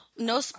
No